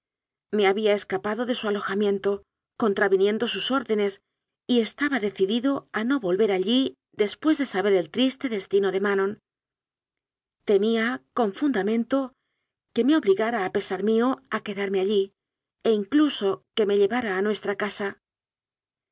me había escapado de su alojamiento contraviniendo sus órdenes y estaba decidido a no volver allí después de saber el triste destino de manon te mía con fundamento que me obligara a pesar mío a quedarme allí e incluso que me llevara a nuestra casa